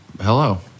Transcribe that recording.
hello